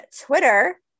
Twitter